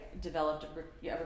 developed